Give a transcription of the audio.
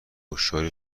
هوشیاری